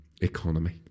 economy